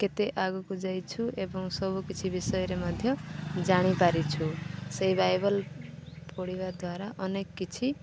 କେତେ ଆଗକୁ ଯାଇଛୁ ଏବଂ ସବୁକିଛି ବିଷୟରେ ମଧ୍ୟ ଜାଣିପାରିଛୁ ସେଇ ବାଇବେଲ୍ ପଢ଼ିବା ଦ୍ୱାରା ଅନେକ କିଛି